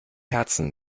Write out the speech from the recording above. herzen